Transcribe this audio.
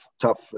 tough